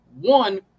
one